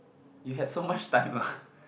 you had so much time ah